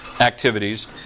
activities